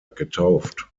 getauft